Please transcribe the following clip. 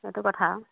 সেইটো কথা